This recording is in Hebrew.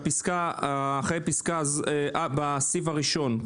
כך: בסעיף הראשון,